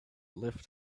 left